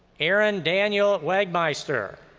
aaron daniel wagmeister.